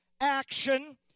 action